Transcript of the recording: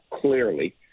clearly